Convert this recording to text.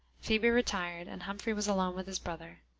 phoebe retired, and humphrey was alone with his brother.